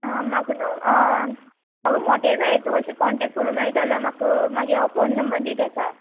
म्हाका न्हू म्हाका मोटे जाय तूं अशें कॉण्टॅक्ट करूं मेळटा जाल्या म्हाका म्हागे हो फोन नंबर दी तेका